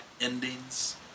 endings